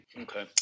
Okay